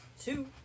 two